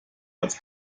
als